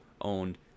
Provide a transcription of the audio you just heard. owned